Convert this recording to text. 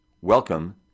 Welcome